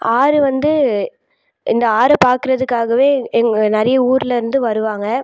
ஆறு வந்து இந்த ஆறை பார்க்குறதுக்காகவே எங்கள் நிறைய ஊரில் இருந்து வருவாங்க